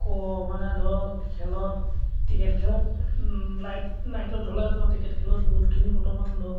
আকৌ মানে ধৰ খেলত ক্ৰিকেট খেলত লাইট নাইটত হ'লেতো ক্ৰিকেট খেলত বহুতখিনি বৰ্তমান ধৰ